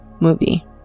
movie